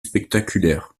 spectaculaires